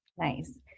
Nice